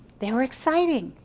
they were exciting.